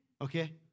okay